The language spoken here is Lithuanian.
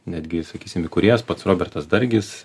netgi sakysim įkūrėjas pats robertas dargis